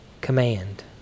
command